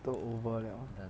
都 over 了